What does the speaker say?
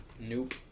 nope